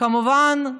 כמובן,